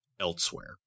elsewhere